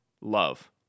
love